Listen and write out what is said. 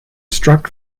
struck